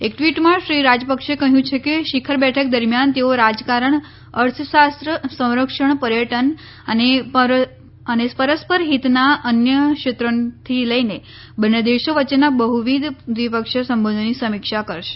એક ટ્વીટમાં શ્રી રાજપક્ષે કહ્યું છે કે શિખર બેઠક દરમ્યાન તેઓ રાજકારણ અર્થશાસ્ત્ર સંરક્ષણ પર્યટન અને પરસ્પર હિતના અન્ય ક્ષેત્રોથી લઇને બંન્ને દેશો વચ્ચેના બહવિદ દ્વિપક્ષીય સંબધોની સમીક્ષા કરશે